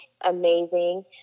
amazing